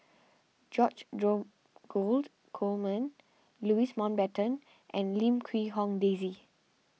George Dromgold Coleman Louis Mountbatten and Lim Quee Hong Daisy